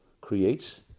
creates